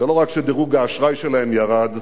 זה לא רק שדירוג האשראי שלהן ירד,